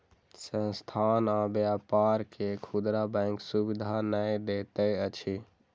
संस्थान आ व्यापार के खुदरा बैंक सुविधा नै दैत अछि